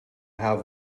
have